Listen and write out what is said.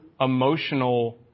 emotional